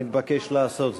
מתבקש לעשות זאת.